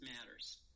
matters